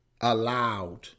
allowed